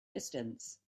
distance